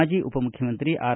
ಮಾಜಿ ಉಪ ಮುಖ್ಯಮಂತ್ರಿ ಆರ್